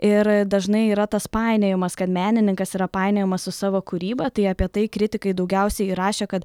ir dažnai yra tas painiojimas kad menininkas yra painiojamas su savo kūryba tai apie tai kritikai daugiausiai ir rašė kad